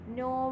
no